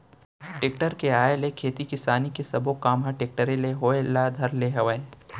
tractor के आए ले खेती किसानी के सबो काम ह टेक्टरे ले होय ल धर ले हवय